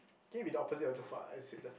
key with the opposite of just what I said just